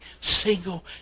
single